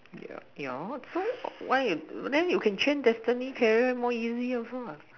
yeah yeah so why then you can change destiny career more easy also what